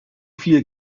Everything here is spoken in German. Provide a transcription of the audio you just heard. viel